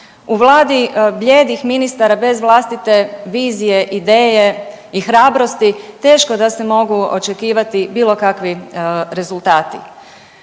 U vladi blijedih ministara bez vlastite vizije, ideje i hrabrosti teško da se mogu očekivati bilo kakvi rezultati.